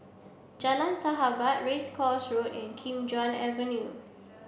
Jalan Sahabat Race Course Road and Kim Chuan Avenue